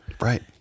right